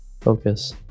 Focus